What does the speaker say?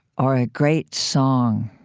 or a great song?